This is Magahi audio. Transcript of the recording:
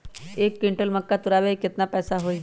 एक क्विंटल मक्का तुरावे के केतना पैसा होई?